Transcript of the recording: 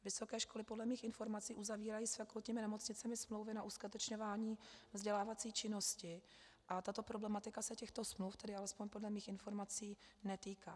Vysoké školy podle mých informací uzavírají s fakultními nemocnicemi smlouvy na uskutečňování vzdělávací činnosti a tato problematika se těchto smluv, tedy alespoň podle mých informací, netýká.